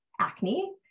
acne